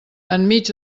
enmig